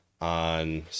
on